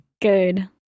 Good